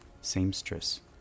Seamstress